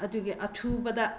ꯑꯗꯨꯒꯤ ꯑꯊꯨꯕꯗ